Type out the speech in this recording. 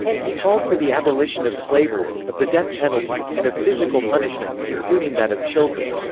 he called for the abolition of slavery, of the death penalty, and of physical punishment, including that of children.